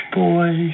boy